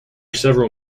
several